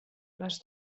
les